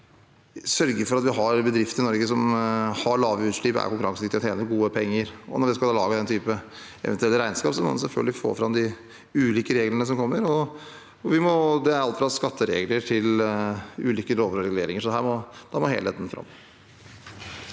vi sørger for at vi har bedrifter i Norge som har lave utslipp, er konkurransedyktige og tjener gode penger. Når vi skal lage den typen eventuelle regnskap, må vi selvfølgelig få fram de ulike reglene som kommer. Det er alt fra skatteregler til ulike lover og reguleringer. Helheten må fram.